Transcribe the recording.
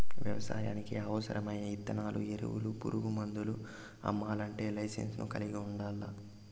వ్యవసాయానికి అవసరమైన ఇత్తనాలు, ఎరువులు, పురుగు మందులు అమ్మల్లంటే లైసెన్సును కలిగి ఉండల్లా